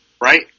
right